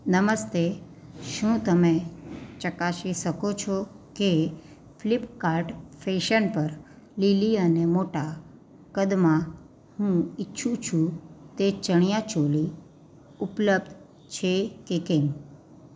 નમસ્તે શું તમે ચકાસી શકો છો કે ફ્લીપકાર્ટ ફેશન પર લીલી અને મોટા કદમાં હું ઇચ્છું છું તે ચણીયા ચોળી ઉપલબ્ધ છે કે કેમ